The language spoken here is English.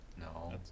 no